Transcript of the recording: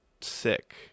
sick